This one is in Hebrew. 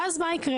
ואז מה יקרה?